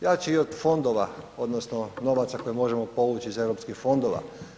Jači i od fondova odnosno novaca koje možemo povući iz Europskih fondova.